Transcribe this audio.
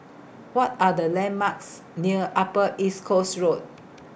What Are The landmarks near Upper East Coast Road